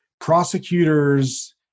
prosecutors